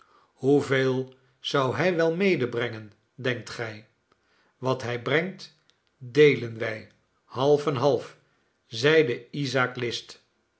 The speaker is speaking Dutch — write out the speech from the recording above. hoeveel zou hij wel medebrengen denkt gij wat hij brengt deelen wij half en half zeide isaak list